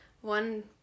one